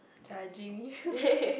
judging you